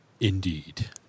indeed